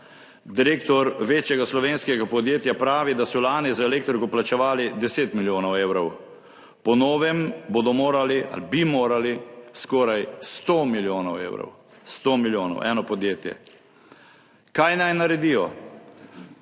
Direktor večjega slovenskega podjetja pravi, da so lani za elektriko plačevali 10 milijonov evrov, po novem bi morali skoraj 100 milijonov evrov. 100 milijonov, eno podjetje. Kaj naj naredijo?